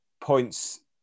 points